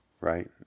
right